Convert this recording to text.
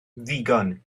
ddigon